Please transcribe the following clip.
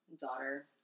daughter